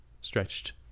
stretched